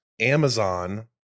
Amazon